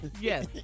Yes